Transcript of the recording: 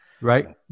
Right